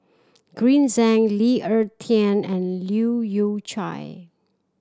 Green Zeng Lee Ek Tieng and Leu Yew Chye